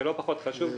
שהוא לא פחות חשוב,